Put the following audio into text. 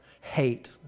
hate